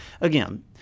Again